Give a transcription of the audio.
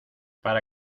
para